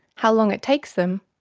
how long it takes them,